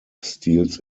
steals